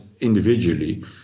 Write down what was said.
individually